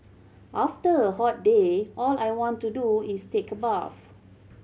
after a hot day all I want to do is take a bath